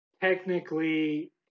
technically